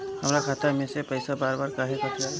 हमरा खाता में से पइसा बार बार काहे कट जाला?